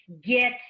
get